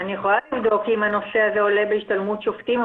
אני יכולה לבדוק אם הנושא הזה עולה בהשתלמות שופטים,